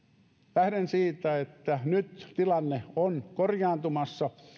lähden siitä että nyt tilanne on korjaantumassa